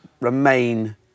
remain